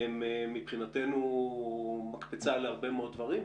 הדוחות הם מקפצה להרבה מאוד נושאים,